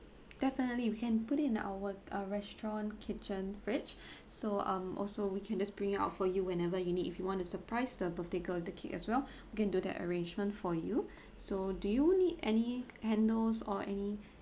definitely you can put it in our uh restaurant kitchen fridge so um also we can just bring it out for you whenever you need if you want to surprise the birthday girl with the cake as well we can do that arrangement for you so do you need any candles or any